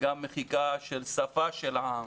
וגם מחיקה של שפה של עם,